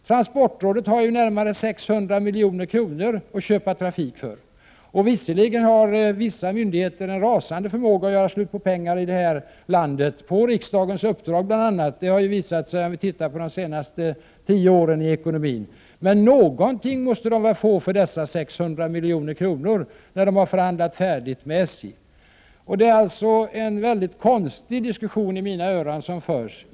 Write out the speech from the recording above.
Transportrådet har närmare 600 milj.kr. att köpa trafik för. Visserligen har vissa myndigheter i vårt land en rasande förmåga att göra slut på pengar, bl.a. på riksdagens uppdrag. Detta har visat sig när vi tittat på de senaste tio årens ekonomi. Men någonting måste de väl få för dessa 600 milj.kr., när de har förhandlat färdigt med SJ. Det är alltså i mina öron en mycket konstig diskussion som förs.